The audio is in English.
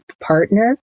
partner